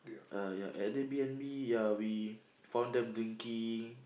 uh ya at the B_N_B ya we found them drinking